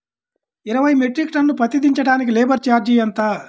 ఇరవై metric ton పత్తి దించటానికి లేబర్ ఛార్జీ ఎంత?